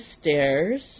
stairs